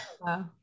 Wow